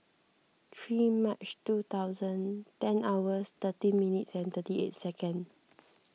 three March two thousand ten hours thirteen minutes and thirty eight second